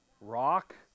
rock